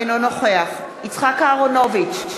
אינו נוכח יצחק אהרונוביץ,